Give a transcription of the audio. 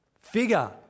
figure